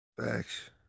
Thanks